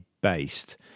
based